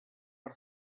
per